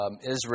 Israel